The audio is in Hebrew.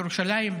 בירושלים,